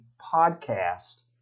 podcast